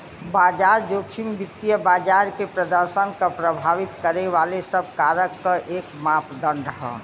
बाजार जोखिम वित्तीय बाजार के प्रदर्शन क प्रभावित करे वाले सब कारक क एक मापदण्ड हौ